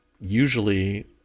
usually